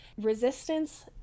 resistance